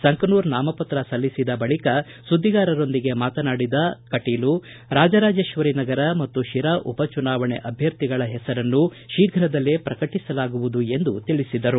ಸಂಕನೂರ ನಾಮಪತ್ರ ಸಲ್ಲಿಸಿದ ಬಳಿಕ ಸುದ್ದಿಗಾರರೊಂದಿಗೆ ಮಾತನಾಡಿದ ನಳೀನ್ ಕುಮಾರ್ ಕಟೀಲು ರಾಜರಾಜೇಶ್ವರಿ ನಗರ ಮತ್ತು ಶಿರಾ ಉಪಚುನಾವಣೆ ಅಭ್ಯರ್ಥಿಗಳ ಹೆಸರನ್ನು ಶೀಘ್ರದಲ್ಲೇ ಪ್ರಕಟಿಸಲಾಗುವುದು ಎಂದು ತಿಳಿಸಿದರು